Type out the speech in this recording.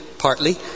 Partly